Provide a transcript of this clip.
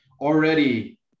Already